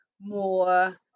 more